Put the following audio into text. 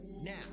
now